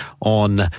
on